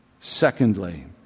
Secondly